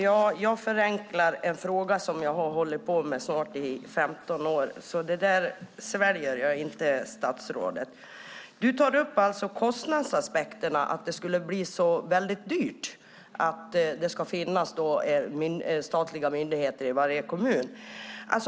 Fru talman! Förenklar jag en fråga som jag har hållit på med i snart 15 år? Det där sväljer jag inte, statsrådet. Du tar upp kostnadsaspekterna och säger att det skulle bli så dyrt att ha statliga myndigheter i varje kommun.